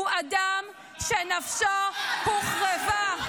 הוא אדם שנפשו הוחרבה.